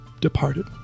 departed